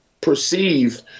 perceive